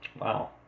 wow